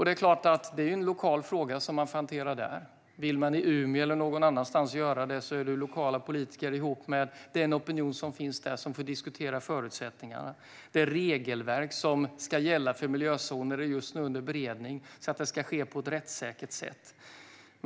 Det är en lokal fråga som man får hantera där. Vill man i Umeå eller någon annanstans göra det är det lokala politiker med den opinion som finns där som får diskutera förutsättningarna. Det regelverk som ska gälla för miljözoner är just nu under beredning, så att detta ska ske på ett rättssäkert sätt.